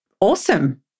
Awesome